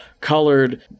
colored